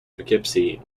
poughkeepsie